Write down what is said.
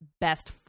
best